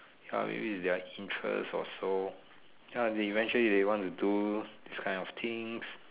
okay maybe its their interest or so ya eventually they want to do this kind of things